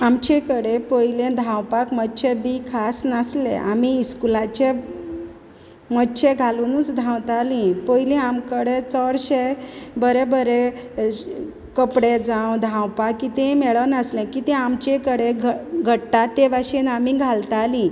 आमचे कडेन पयले धावपाक मोचे बी खास नासले आमी इस्कुलाचे मोचे घालुनूच धावतालीं पयलीं आम कडेन चोडशे बरें बरें कपडे जावं धांवपा कितें मेळ नासलें कितें आमचे कडे घ घडटा ते भाशेन आमी घालतालीं